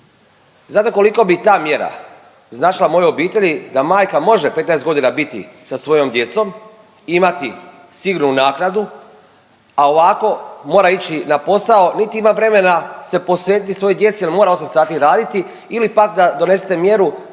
znate koliko bi ta mjera značila mojoj obitelji da majka može 15.g. biti sa svojom djecom, imati sigurnu naknadu, a ovako mora ići na posao, niti ima vremena se posvetiti svojoj djeci jel mora 8 sati raditi ili pak da donesete mjeru